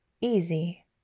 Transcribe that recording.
easy